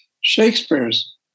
Shakespeare's